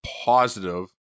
positive